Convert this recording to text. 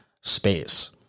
space